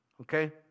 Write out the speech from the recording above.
Okay